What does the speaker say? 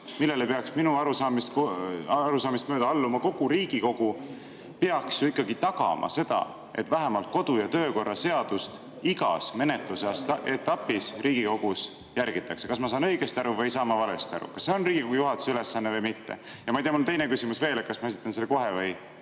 millele peaks minu arusaamist mööda alluma kogu Riigikogu, peaks ju ikkagi tagama, et vähemalt kodu‑ ja töökorra seadust igas menetlusetapis Riigikogus järgitaks. Kas ma saan õigesti aru või ma saan valesti aru? Kas see on Riigikogu juhatuse ülesanne või mitte? Ma ei tea, mul on teine küsimus veel. Kas ma esitan selle kohe või …